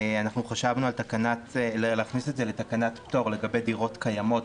חשבנו להכניס את זה לתקנת פטור לגבי דירות קיימות,